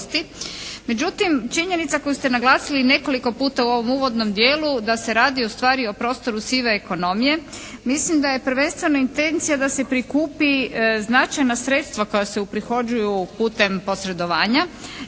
Međutim, činjenica koju ste naglasili nekoliko puta u ovom uvodnom dijelu da se radi ustvari o prostoru sive ekonomije mislim da je prvenstveno intencija da se prikupe značajna sredstva koja se uprihođuju putem posredovanja